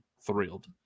thrilled